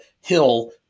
hill